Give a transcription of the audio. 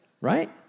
Right